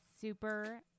Super